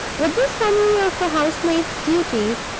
with this summary of a housemaid's duties,